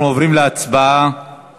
אנחנו עוברים להצבעה על